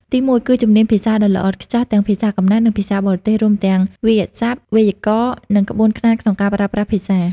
ទីមួយ គឺជំនាញភាសាដ៏ល្អឥតខ្ចោះទាំងភាសាកំណើត និងភាសាបរទេស រួមទាំងវាក្យសព្ទ វេយ្យាករណ៍ និងក្បួនខ្នាតក្នុងការប្រើប្រាស់ភាសា។